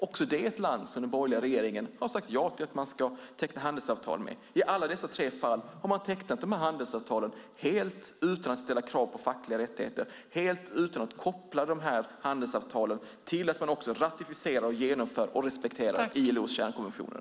Också det är ett land som den borgerliga regeringen har sagt ja till att teckna handelsavtal med. I alla dessa tre fall har man tecknat handelsavtalen helt utan att ställa krav på fackliga rättigheter, helt utan att koppla handelsavtalen till att länderna också ratificerar, genomför och respekterar ILO:s kärnkonventioner.